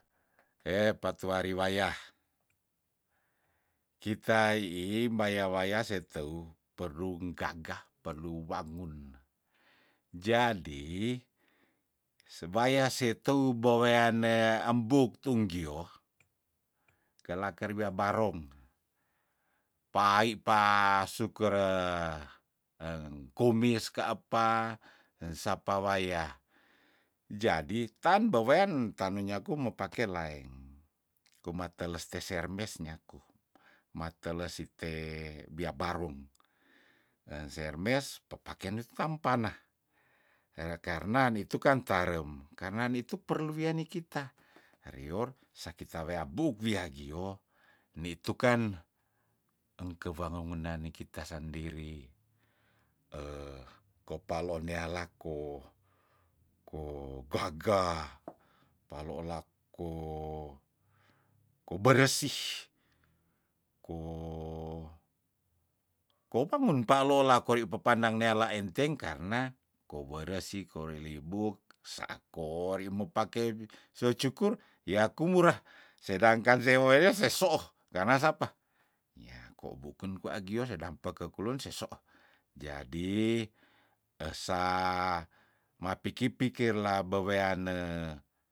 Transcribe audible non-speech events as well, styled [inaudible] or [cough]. [hesitation] patuari wayah kita iih mbaya waya seteu perung gagah pelu wangun jadi sewaya se teu beweane embuk tunggioh kelaker wia barong payi pa sukure eng kumis kapa ensapa waya jadi tanbewean tano nyaku mepake laeng kumateles tesermes nyaku mateles site bia barong eng sermes pepake nuitampana rekarna nitukan tarem karna nitu perlu wianikita rior sakita weabuk wiagio nitu kan engke wangagunan nikita sandiri [hesitation] kopaloon neala ko ko gagah palola ko koberesih ko kobangun palola kori pepandang neala enteng karna koberesih korele buk sakori mepake so cukur yaku murah sedangkan semuanya sesooh karna sapa yahko buken kwa gio sedang pekekulun sesooh jadi esah mapiki- pikirlah beweane